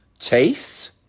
Chase